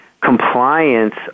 compliance